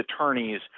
attorneys